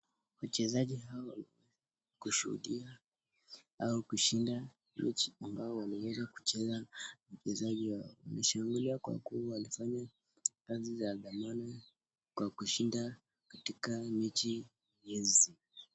Wachezaji hao kushuhudia au kushinda mechi ambayo waliweza kucheza na wachezaji hao wameshangilia kwa kuwa walifanya kazi za dhamana kwa kushinda katika mechi hizi.